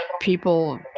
people